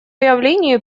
выявлению